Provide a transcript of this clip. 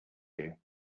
you